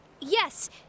yes